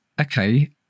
Okay